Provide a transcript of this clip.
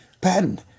patent